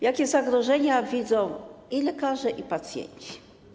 Jakie zagrożenia widzą i lekarze, i pacjenci?